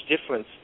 difference